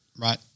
right